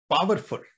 Powerful